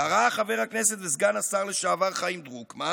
קרא חבר הכנסת וסגן השר לשעבר חיים דרוקמן